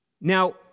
Now